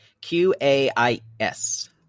Q-A-I-S